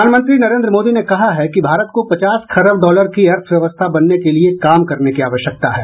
प्रधानमंत्री नरेन्द्र मोदी ने कहा है कि भारत को पचास खरब डॉलर की अर्थव्यवस्था बनने के लिए काम करने की आवश्यकता है